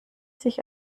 sich